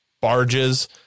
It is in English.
barges